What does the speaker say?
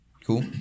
Cool